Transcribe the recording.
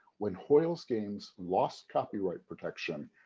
when hoyle's games lost copyright protection,